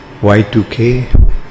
Y2K